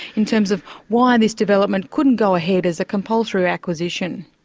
in terms of why this development couldn't go ahead as a compulsory acquisition?